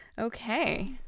Okay